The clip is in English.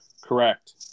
Correct